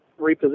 reposition